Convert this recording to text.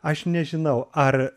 aš nežinau ar